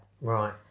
Right